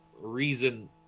reason